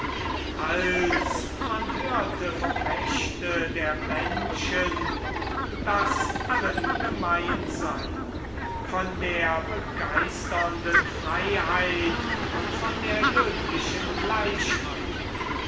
als man hörte vom rechte der menschen das allen gemein sei von der begeisternden freiheit und von der löblichen gleichheit